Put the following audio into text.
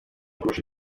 kurusha